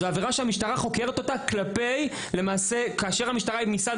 זאת עבירה שהמשטרה חוקרת אותה כאשר המשטרה היא מצד